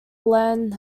len